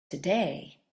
today